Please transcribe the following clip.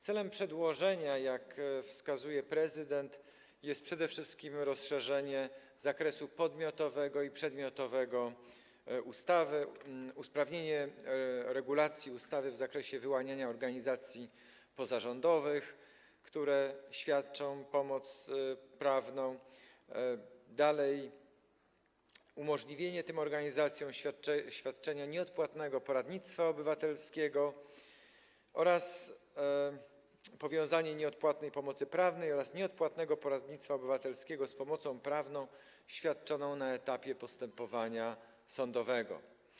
Celem przedłożenia, jak wskazuje prezydent, jest przede wszystkim rozszerzenie zakresu podmiotowego i przedmiotowego ustawy, usprawnienie regulacji ustawy w zakresie wyłaniania organizacji pozarządowych, które świadczą pomoc prawną - dalej - umożliwienie tym organizacjom świadczenia nieodpłatnego poradnictwa obywatelskiego oraz powiązanie nieodpłatnej pomocy prawnej oraz nieodpłatnego poradnictwa obywatelskiego z pomocą prawną świadczoną na etapie postępowania sądowego.